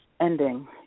ending